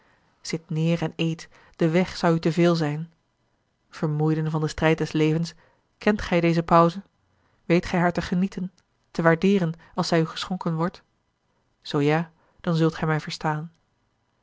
zit neêr en eet de weg zou u te veel zijn vermoeiden van den strijd des levens kent gij deze pauze weet gij haar te genieten te waardeeren als zij u geschonken wordt zoo ja dan zult gij mij verstaan